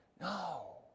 No